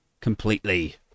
completely